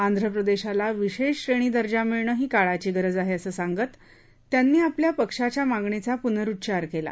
आंध्रप्रदेशाला विशेष श्रेणी दर्जा मिळणं ही काळाची गरज आहे असं सांगत त्यांनी आपल्या पक्षाच्या मागणीचा पुनरुच्चार केला